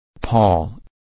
Paul